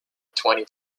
twenty